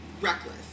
reckless